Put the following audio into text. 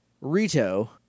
Rito